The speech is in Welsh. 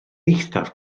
eithaf